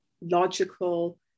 logical